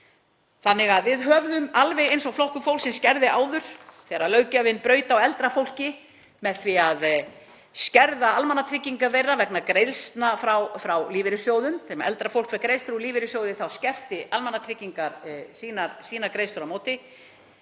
lögum. Við höfum, alveg eins og Flokkur fólksins gerði áður, þegar löggjafinn braut á eldra fólki með því að skerða almannatryggingar þeirra vegna greiðslna frá lífeyrissjóðum — þegar eldra fólk fékk greiðslur úr lífeyrissjóði þá skertu almannatryggingar sínar greiðslur á móti.